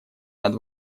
над